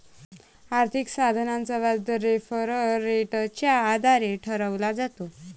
आर्थिक साधनाचा व्याजदर रेफरल रेटच्या आधारे ठरवला जातो